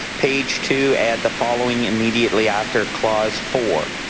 page two add the following immediately after clause four.